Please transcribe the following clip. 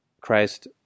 Christ